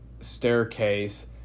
staircase